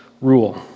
rule